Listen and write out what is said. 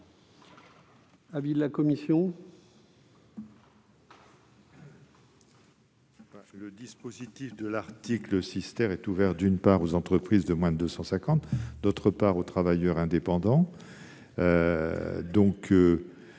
l'avis de la commission ? Le dispositif de l'article 6 est ouvert, d'une part, aux entreprises de moins de 250 salariés, et, d'autre part, aux travailleurs indépendants. Cela